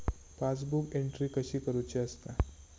Passbook entry कशी करुची असता?